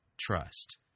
Trust